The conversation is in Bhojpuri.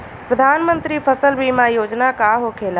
प्रधानमंत्री फसल बीमा योजना का होखेला?